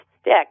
stick